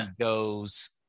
goes